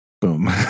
boom